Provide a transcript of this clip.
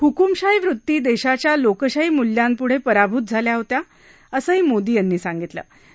ह्कुमशाही वृत्ती देशाच्या लोकशाही मुल्यांपुढं पराभूत झाल्या होत्या असंही मोदी यांनी म्हटलं आहे